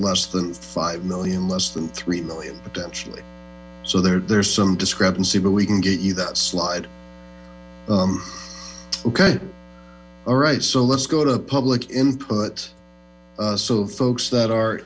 less than five million less than three million potentially so there's some discrepancy but we can get you that slide ok all right so let's go to public input so folks that are